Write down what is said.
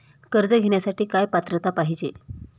कर्ज घेण्यासाठी काय पात्रता पाहिजे?